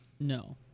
No